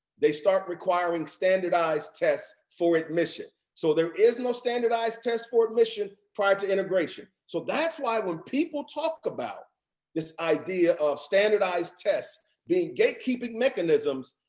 they start requiring standardized tests for admission. so there is no standardized test for admission prior to integration. so that's why when people talk about this idea of standardized tests being gatekeeping mechanisms,